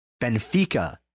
Benfica